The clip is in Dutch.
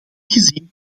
gezien